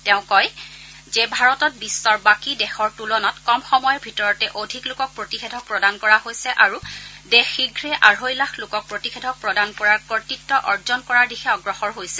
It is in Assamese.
তেওঁ কয় যে ভাৰতত বিধৰ বাকী দেশৰ তূলনাত কম সময়ৰ ভিতৰতে অধিক লোকক প্ৰতিষেধক প্ৰদান কৰা হৈছে আৰু দেশ শীঘে আঢ়ৈ লাখ লোকক প্ৰতিষেধক প্ৰদান কৰাৰ কৃতিত্ব অৰ্জন কৰাৰ দিশে আগ্নসৰ হৈছে